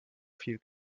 viel